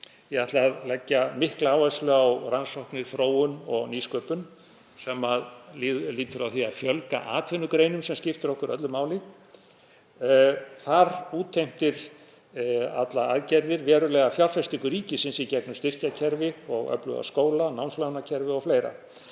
Ég ætla að leggja mikla áherslu á rannsóknir, þróun og nýsköpun sem lýtur að því að fjölga atvinnugreinum, sem skiptir okkur öllu máli. Þar útheimta allar aðgerðir verulega fjárfestingu ríkisins í gegnum styrkjakerfi og öfluga skóla, námslánakerfið o.fl.